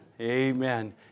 Amen